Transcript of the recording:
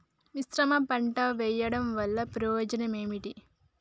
మిశ్రమ పంట వెయ్యడం వల్ల ప్రయోజనం ఏమిటి?